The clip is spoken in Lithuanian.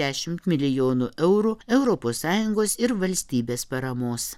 dešimt milijonų eurų europos sąjungos ir valstybės paramos